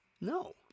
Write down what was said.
No